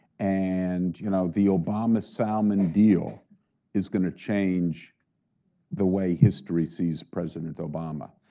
and you know the obama-salman deal is going to change the way history sees president obama.